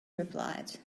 replied